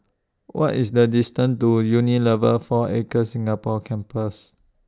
What IS The distance to Unilever four Acres Singapore Campus